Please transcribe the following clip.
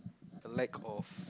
the lack of